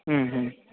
ம் ம்